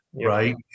right